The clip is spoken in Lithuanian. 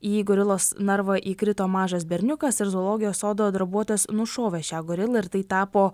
į gorilos narvą įkrito mažas berniukas ir zoologijos sodo darbuotojas nušovė šią gorilą ir tai tapo